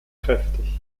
kräftig